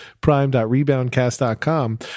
prime.reboundcast.com